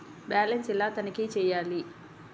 Balance ఎలా తనిఖీ చేయాలి?